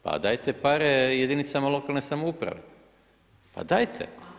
Pa dajte pare jedinicama lokalne samouprave, pa dajte.